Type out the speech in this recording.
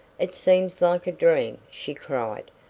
it seems like a dream, she cried,